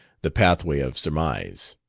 the pathway of surmise.